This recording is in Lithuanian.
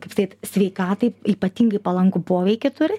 kaip sakyt sveikatai ypatingai palankų poveikį turi